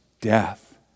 death